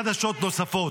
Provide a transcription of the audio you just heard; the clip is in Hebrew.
ויש לי חדשות נוספות.